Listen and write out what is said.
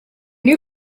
new